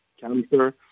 cancer